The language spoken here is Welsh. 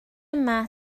yma